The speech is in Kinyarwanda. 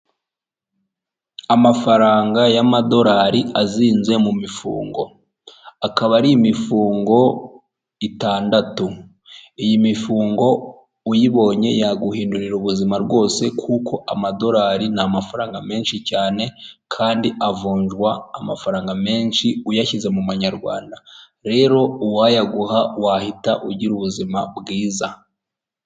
Amafaranga y'amadorari azinze mu mifungo akaba ari imifungo itandatu iyi mifungo uyibonye yaguhindurira ubuzima rwose kuko amadolari ni amafaranga menshi cyane kandi avunjwa amafaranga menshi uyashyize mumanyarwanda rero uwayaguha wahita ugira ubuzima bwiza.